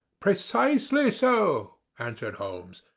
precisely so, answered holmes.